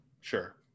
sure